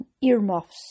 earmuffs